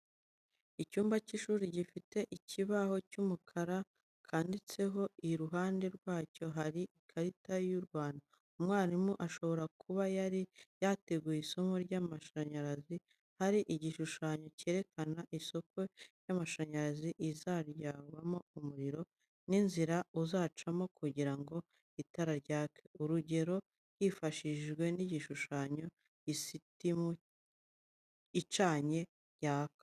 Icyumba cy'ishuri gifite ikibaho cy'umukara bandikaho, iruhande rwacyo hari ikarita y'u Rwanda. Umwarimu ashobora kuba yari yateguye isomo ry'amashanyarazi. Hari igishushanyo kerekana isoko y'amashanyarazi izabyara umuriro, n'inzira uzacamo kugira ngo itara ryake. Urugero yifashishije ni igishunyo cy'isitimu icanye yaka.